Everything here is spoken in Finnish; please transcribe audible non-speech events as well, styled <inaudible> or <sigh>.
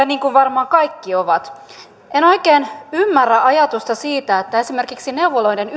<unintelligible> niin kuin varmaan kaikki ovat en oikein ymmärrä ajatusta siitä että esimerkiksi neuvoloiden <unintelligible>